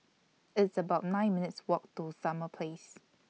It's about nine minutes' Walk to Summer Place